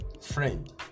Friend